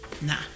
Nah